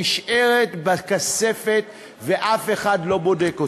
נשארת בכספת ואף אחד לא בודק אותה,